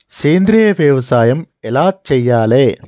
సేంద్రీయ వ్యవసాయం ఎలా చెయ్యాలే?